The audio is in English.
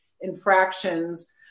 infractions